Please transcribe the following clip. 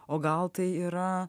o gal tai yra